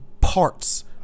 parts